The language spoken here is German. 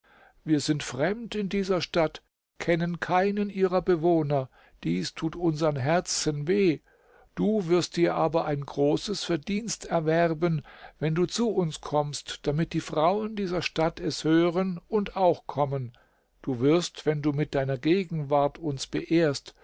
wir sind fremd in dieser stadt kennen keinen ihrer bewohner dies tut unsern herzen weh du wirst dir aber ein großes verdienst erwerben wenn du zu uns kommst damit die frauen dieser stadt es hören und auch kommen du wirst wenn du mit deiner gegenwart uns beehrst